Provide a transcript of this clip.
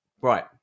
Right